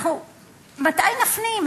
מתי נפנים,